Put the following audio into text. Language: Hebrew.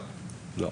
לא.